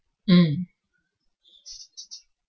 mm